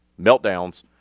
meltdowns